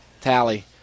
tally